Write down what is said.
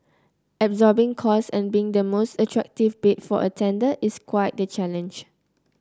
absorbing costs and being the most attractive bid for a tender is quite the challenge